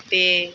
ਅਤੇ